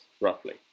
roughly